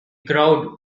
crowd